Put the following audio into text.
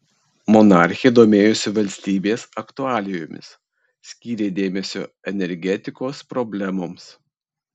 monarchė domėjosi valstybės aktualijomis skyrė dėmesio energetikos problemoms